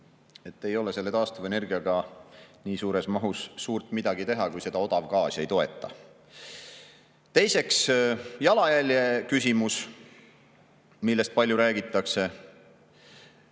et selle taastuvenergiaga ei ole nii suures mahus suurt midagi teha, kui seda odav gaas ei toeta. Teiseks, jalajälje küsimus, millest palju räägitakse.